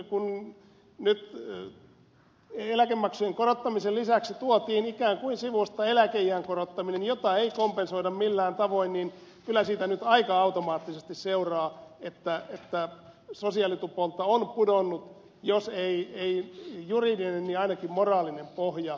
kun nyt eläkemaksujen korottamisen lisäksi tuotiin ikään kuin sivusta eläkeiän korottaminen jota ei kompensoida millään tavoin niin kyllä siitä nyt aika automaattisesti seuraa että sosiaalitupolta on pudonnut jos ei juridinen niin ainakin moraalinen pohja